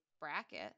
bracket